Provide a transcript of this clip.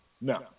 No